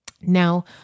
Now